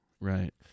Right